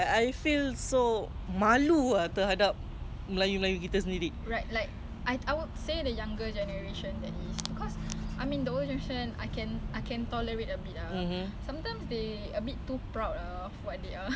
mmhmm I mean they have like that self esteem okay fine that [one] I but then like that's too much lah know your limits lah no need to rub to our faces lah at least mmhmm